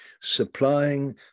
supplying